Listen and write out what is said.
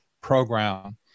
program